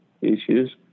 issues